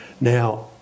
Now